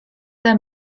their